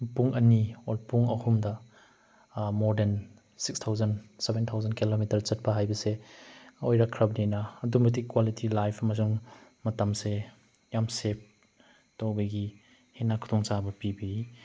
ꯄꯨꯡ ꯑꯅꯤ ꯑꯣꯔ ꯄꯨꯡ ꯑꯍꯨꯝꯗ more than six thousand seven thousand kilometre ꯆꯠꯄ ꯍꯥꯏꯕꯁꯦ ꯑꯣꯏꯔꯛꯈ꯭ꯔꯕꯅꯤꯅ ꯑꯗꯨꯛꯀꯤ ꯃꯇꯤꯛ ꯀ꯭ꯋꯥꯂꯤꯇꯤ ꯂꯥꯏꯐ ꯑꯃꯁꯨꯡ ꯃꯇꯝꯁꯦ ꯌꯥꯝ ꯁꯦꯞ ꯇꯧꯕꯒꯤ ꯍꯦꯟꯅ ꯈꯨꯗꯣꯡꯆꯥꯕ ꯄꯤꯕꯤ